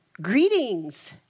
greetings